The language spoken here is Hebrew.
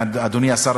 אדוני השר,